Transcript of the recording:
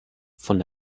von